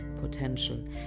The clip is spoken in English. potential